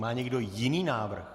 Má někdo jiný návrh?